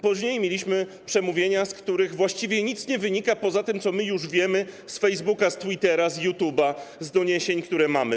Później mieliśmy przemówienia, z których właściwie nic nie wynika, poza tym, co my już wiemy z Facebooka, z Twittera, z YouTube’a, z doniesień, które mamy.